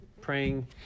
praying